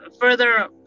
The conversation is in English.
further